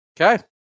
Okay